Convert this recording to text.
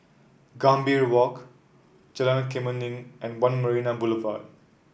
Gambir Walk Jalan Kemuning and One Marina Boulevard